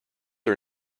are